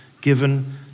given